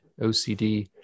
OCD